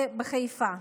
ובחיפה.